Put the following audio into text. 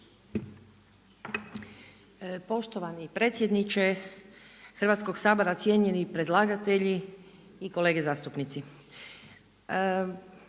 Poštovani predsjedniče Hrvatskog sabora, cijenjeni predlagatelji i kolege zastupnici.